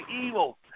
evil